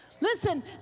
Listen